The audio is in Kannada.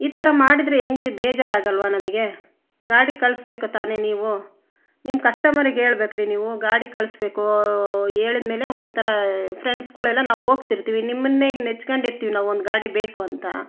ಈ ಥರ ಮಾಡಿದರೆ ಹೇಗ್ರಿ ಬೇಜಾರಾಗಲ್ಲವಾ ನಮಗೆ ಗಾಡಿ ಕಳಿಸ್ಬೇಕು ತಾನೇ ನೀವು ನಿಮ್ಮ ಕಸ್ಟಮರಿಗೆ ಹೇಳ್ಬೇಕ್ರಿ ನೀವು ಗಾಡಿ ಕಳಿಸ್ಬೇಕು ಹೇಳಿದ್ ಮೇಲೆ ಒಂಥರ ಫ್ರೆಂಡ್ಸ್ಗಳೆಲ್ಲ ನಾವು ಹೋಗ್ತಿರ್ತೀವಿ ನಿಮ್ಮನ್ನೇ ನೆಚ್ಕೊಂಡಿರ್ತೀವಿ ನಾವು ಒಂದು ಗಾಡಿ ಬೇಕು ಅಂತ